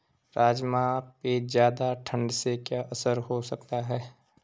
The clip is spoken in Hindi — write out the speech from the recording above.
राजमा पे ज़्यादा ठण्ड से क्या असर हो सकता है?